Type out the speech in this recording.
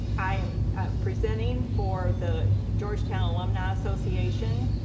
i am presenting for the georgetown alumni association.